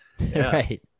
Right